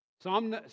Psalm